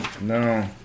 No